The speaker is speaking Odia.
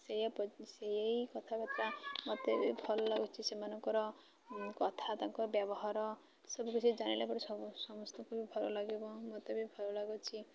ସେଇ ସେଇ କଥାବାର୍ତ୍ତା ମୋତେ ବି ଭଲ ଲାଗୁଛି ସେମାନଙ୍କର କଥା ତାଙ୍କ ବ୍ୟବହାର ସବୁକିଛି ଜାଣିଲା ପରେ ସମସ୍ତଙ୍କୁ ବି ଭଲ ଲାଗିବ ମୋତେ ବି ଭଲ ଲାଗୁଛି